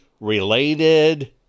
related